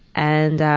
and,